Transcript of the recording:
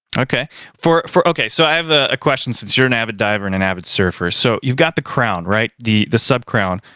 for. for. okay, so i have a question since you're an avid diver, and an avid surfer. so you've got the crown, right? the the sub crown,